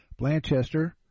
Blanchester